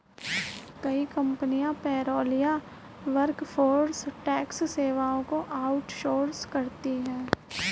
कई कंपनियां पेरोल या वर्कफोर्स टैक्स सेवाओं को आउट सोर्स करती है